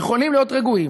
יכולים להיות רגועים?